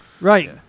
Right